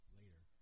later